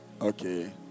okay